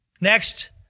Next